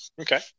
Okay